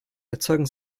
erzeugen